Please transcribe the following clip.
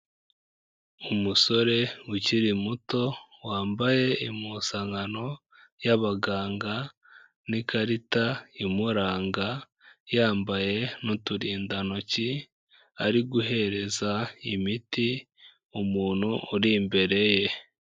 Umusore ukiri muto wambaye impuzankano y'abaganga n'ikarita imuranga, yambaye n'uturindantoki, ari guhereza imiti umuntu uri imbere ye.